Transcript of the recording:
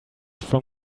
from